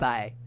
Bye